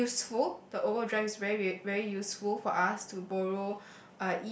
uh useful the overdrive is very very useful for us to borrow